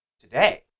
today